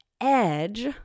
edge